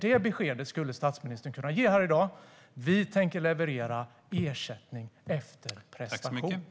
Det beskedet skulle statsministern kunna ge i dag, det vill säga att lämna ersättning efter prestation.